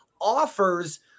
offers